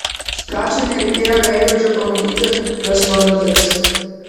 kacui nereikėjo veidrodžio pamatyti kas tuoj nutiks